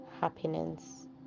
happiness